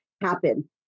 happen